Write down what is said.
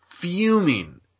fuming